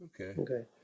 Okay